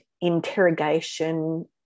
interrogation